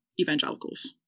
evangelicals